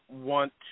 want